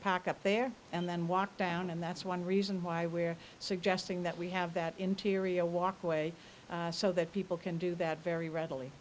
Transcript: pack up there and then walk down and that's one reason why we're suggesting that we have that interior walkway so that people can do that very readily